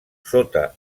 sota